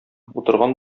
утырган